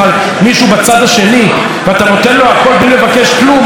מישהו בצד השני ואתה נותן לו הכול בלי לבקש כלום,